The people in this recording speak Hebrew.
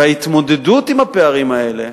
וההתמודדות עם הפערים האלה